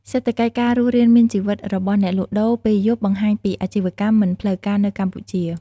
សេដ្ឋកិច្ចការរស់រានមានជីវិតរបស់អ្នកលក់ដូរពេលយប់បង្ហាញពីអាជីវកម្មមិនផ្លូវការនៅកម្ពុជា។